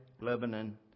Lebanon